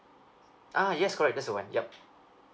ah yes correct that's the one yup